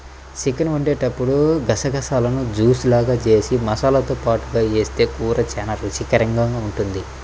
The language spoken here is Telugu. చికెన్ వండేటప్పుడు గసగసాలను జూస్ లాగా జేసి మసాలాతో పాటుగా వేస్తె కూర చానా రుచికరంగా ఉంటది